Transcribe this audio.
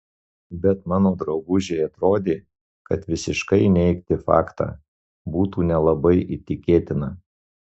bet mano draugužei atrodė kad visiškai neigti faktą būtų nelabai įtikėtina